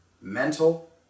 mental